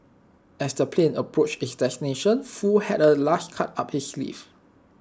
as the plane approached its destination Foo had A last card up his sleeve